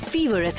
Fever